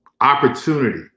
opportunity